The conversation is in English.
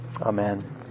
Amen